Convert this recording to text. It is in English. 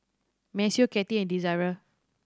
Maceo Kati and Desirae